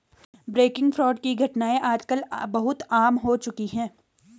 banking fraud की घटनाएं आज कल बहुत आम हो चुकी है